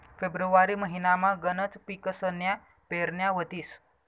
February महिनामा गनच पिकसन्या पेरण्या व्हतीस